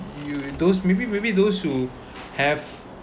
you those maybe maybe those who have